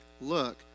Look